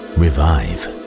revive